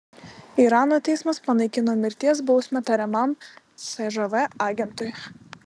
irano teismas panaikino mirties bausmę tariamam cžv agentui